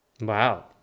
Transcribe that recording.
Wow